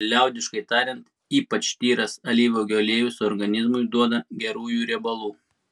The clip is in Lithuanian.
liaudiškai tariant ypač tyras alyvuogių aliejus organizmui duoda gerųjų riebalų